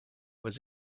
was